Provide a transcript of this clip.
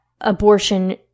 abortion